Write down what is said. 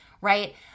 Right